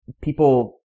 people